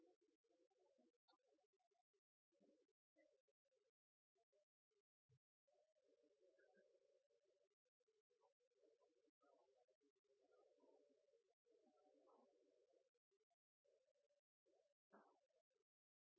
på alvor. Takk for